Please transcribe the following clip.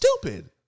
stupid